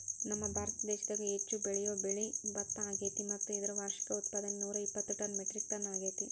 ನಮ್ಮಭಾರತ ದೇಶದಾಗ ಹೆಚ್ಚು ಬೆಳಿಯೋ ಬೆಳೆ ಭತ್ತ ಅಗ್ಯಾತಿ ಮತ್ತ ಇದರ ವಾರ್ಷಿಕ ಉತ್ಪಾದನೆ ನೂರಾಇಪ್ಪತ್ತು ಟನ್ ಮೆಟ್ರಿಕ್ ಅಗ್ಯಾತಿ